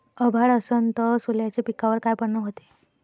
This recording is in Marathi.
अभाळ असन तं सोल्याच्या पिकावर काय परिनाम व्हते?